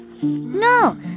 No